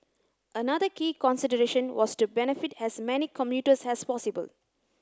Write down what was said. another key consideration was to benefit as many commuters as possible